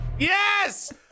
Yes